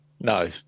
No